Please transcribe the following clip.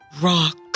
rock